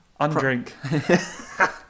Undrink